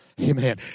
Amen